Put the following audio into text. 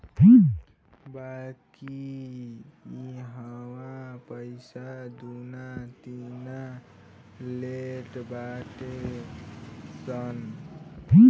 बाकी इहवा पईसा दूना तिना लेट बाटे सन